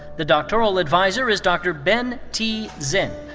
the doctoral adviser is dr. ben t. zinn.